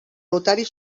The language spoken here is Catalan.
notari